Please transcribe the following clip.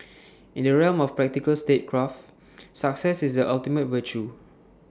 in the realm of practical statecraft success is the ultimate virtue